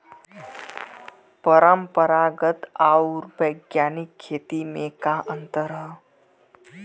परंपरागत आऊर वैज्ञानिक खेती में का अंतर ह?